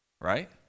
Right